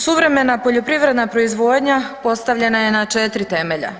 Suvremena poljoprivredna proizvodnja postavljena je na 4 temelja.